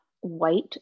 white